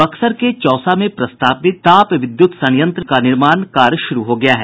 बक्सर के चौसा में प्रस्तावित ताप विद्युत संयंत्र का निर्माण कार्य शुरू हो गया है